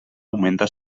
augmenta